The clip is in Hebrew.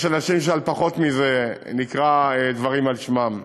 יש אנשים שעל פחות מזה נקראים דברים על שמם.